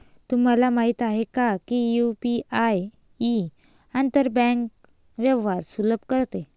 तुम्हाला माहित आहे का की यु.पी.आई आंतर बँक व्यवहार सुलभ करते?